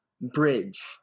bridge